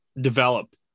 develop